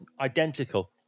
identical